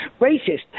racist